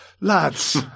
lads